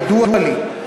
ידוע לי.